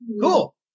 Cool